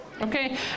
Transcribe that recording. Okay